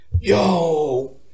yo